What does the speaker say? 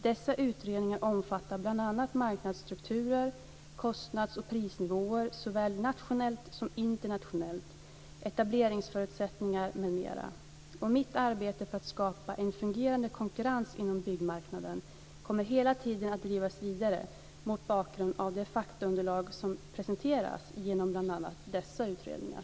Dessa utredningar omfattar bl.a. marknadsstrukturer, kostnads och prisnivåer såväl nationellt som internationellt, etableringsförutsättningar m.m. Mitt arbete för att skapa en fungerande konkurrens inom byggmarknaden kommer hela tiden att drivas vidare mot bakgrund av det faktaunderlag som presenteras genom bl.a. dessa utredningar.